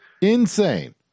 insane